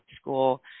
school